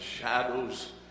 shadows